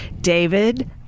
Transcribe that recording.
David